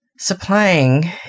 supplying